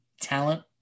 talent